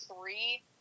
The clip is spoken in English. three